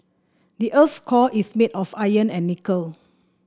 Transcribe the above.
the earth's core is made of iron and nickel